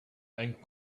and